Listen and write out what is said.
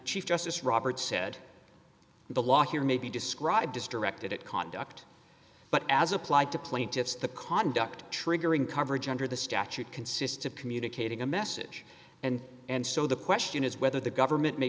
chief justice roberts said the law here may be described as directed at conduct but as applied to plaintiffs the conduct triggering coverage under the statute consists of communicating a message and and so the question is whether the government may